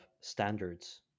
standards